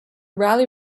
rally